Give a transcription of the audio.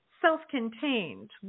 self-contained